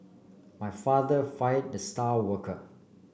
my father fired the star worker